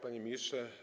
Panie Ministrze!